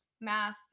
math